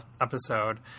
episode